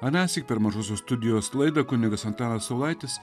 anąsyk per mažosios studijos laidą kunigas antanas saulaitis